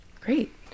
Great